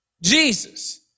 Jesus